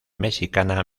mexicana